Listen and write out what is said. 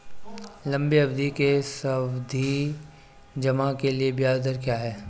लंबी अवधि के सावधि जमा के लिए ब्याज दर क्या है?